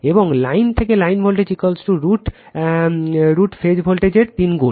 এবং লাইন থেকে line voltage root phase ভোল্টেজের 3 গুণ